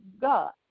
God